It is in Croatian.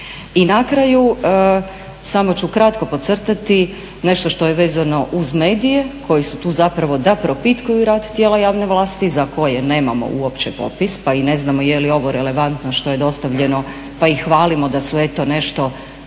I na kraju, samo ću kratko podcrtati nešto što je vezano uz medije koji su tu zapravo da propitkuju rad tijela javne vlasti za koje nemamo uopće popis pa i ne znamo je li ovo relevantno što je dostavljeno pa ih hvalimo da su eto nešto